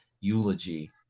eulogy